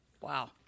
Wow